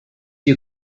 you